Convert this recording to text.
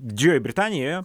didžiojoje britanijoje